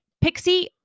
Pixie